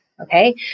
Okay